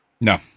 No